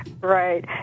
right